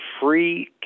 free